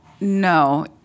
No